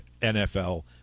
nfl